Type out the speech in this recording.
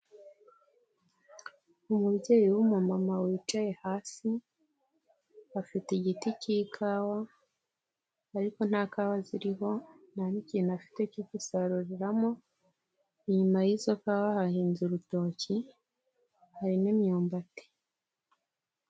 Umubyeyi w'umumama wicaye hasi, afite igiti cy'ikawa ariko nta kawa ziriho nta n'ikintu afite cyo gusaruriramo, inyuma y'izo kawa hahinze urutoki, hari n'imyumbati.